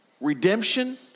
redemption